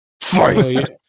Fight